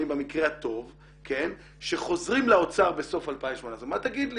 במקרה הטוב שחוזרים לאוצר בסוף 2018. מה תגיד לי?